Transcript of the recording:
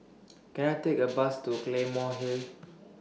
Can I Take A Bus to Claymore Hill